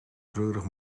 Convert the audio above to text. treurig